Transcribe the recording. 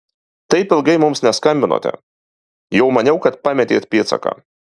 taip ilgai mums neskambinote jau maniau kad pametėt pėdsaką